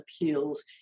appeals